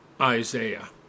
Isaiah